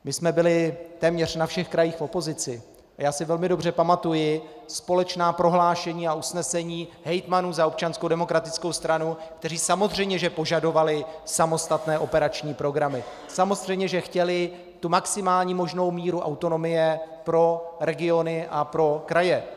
My jsme byli téměř ve všech krajích v opozici a já si velmi dobře pamatuji společná prohlášení a usnesení hejtmanů za Občanskou demokratickou stranu, kteří samozřejmě požadovali samostatné operační programy, samozřejmě že chtěli tu maximální možnou míru autonomie pro regiony a pro kraje.